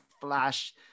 flash